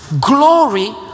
glory